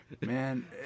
Man